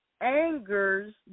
angers